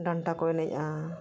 ᱰᱟᱱᱴᱟ ᱠᱚ ᱮᱱᱮᱡᱼᱟ